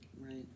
Right